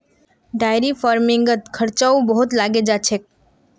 dairy फ़ार्मिंगत खर्चाओ बहुत लागे जा छेक